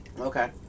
Okay